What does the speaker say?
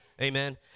Amen